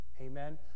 Amen